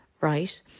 right